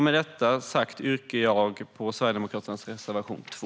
Med detta yrkar jag bifall till Sverigedemokraternas reservation 2.